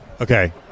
Okay